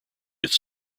its